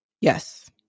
Yes